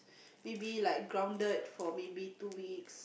maybe like grounded for maybe two weeks